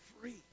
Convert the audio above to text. free